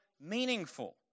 meaningful